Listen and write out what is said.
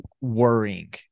worrying